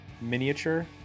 Miniature